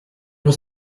was